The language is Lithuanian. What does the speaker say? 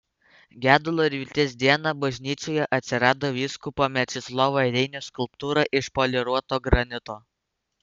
gedulo ir vilties dieną bažnyčioje atsirado vyskupo mečislovo reinio skulptūra iš poliruoto granito